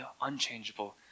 unchangeable